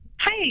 hi